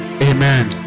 amen